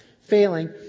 failing